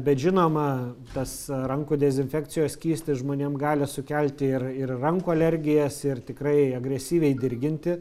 bet žinoma tas rankų dezinfekcijos skystis žmonėm gali sukelti ir ir rankų alergijas ir tikrai agresyviai dirginti